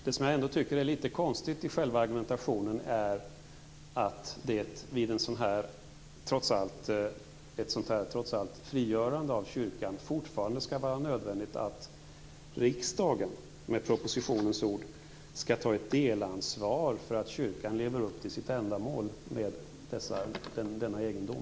Det som jag ändå tycker är litet konstigt i själva argumentationen är att det vid ett sådant här trots allt frigörande av kyrkan fortfarande skall vara nödvändigt att riksdagen, med propositionens ord, skall ta ett delansvar för att kyrkan lever upp till sitt ändamål med denna egendom.